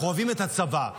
אנחנו אוהבים את הצבא.